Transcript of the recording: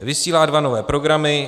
Vysílá dva nové programy.